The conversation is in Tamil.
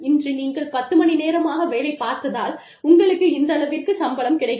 இன்று நீங்கள் பத்து மணி நேரமாக வேலை பார்த்ததால் உங்களுக்கு இந்தளவிற்கு சம்பளம் கிடைக்கும்